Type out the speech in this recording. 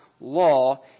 law